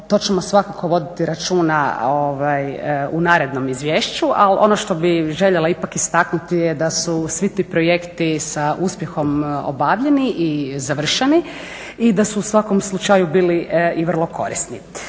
to ćemo svakako voditi računa u narednom izvješću, ali ono što bih željela ipak istaknuti je da su svi ti projekti sa uspjehom obavljeni i završeni i da su u svakom slučaju bili i vrlo korisni.